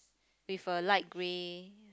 with a light grey